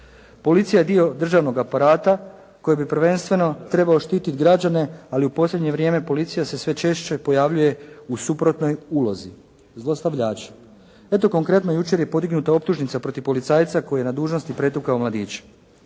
Policija je dio državnog aparata koji bi prvenstveno trebao štititi građane, ali u posljednje vrijeme policija se sve češće pojavljuje u suprotnoj ulozi zlostavljači. Eto konkretno, jučer je podignuta optužnica protiv policajca koji je na dužnosti pretukao mladića.